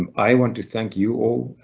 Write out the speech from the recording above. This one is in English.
um i want to thank you all